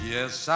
Yes